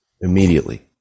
immediately